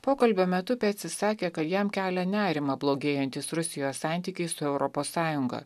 pokalbio metu pecis sakė kad jam kelia nerimą blogėjantys rusijos santykiai su europos sąjunga